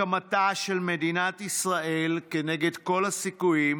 הקמתה של מדינת ישראל כנגד כל הסיכויים